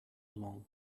along